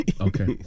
Okay